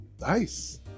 Nice